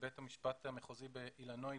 בית המשפט המחוזי באילינוי